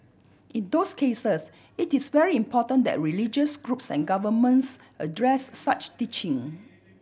in those cases it is very important that religious groups and governments address such teaching